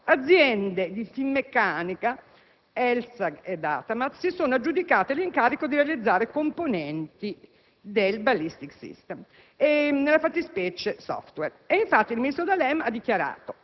aziende di Finmecanica (ELSAG-Datamat) si sono già aggiudicate l'incarico di realizzare componenti del *Ballistic System*, nella fattispecie *software*. E infatti il ministro D'Alema ha dichiarato: